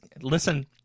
listen